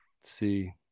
see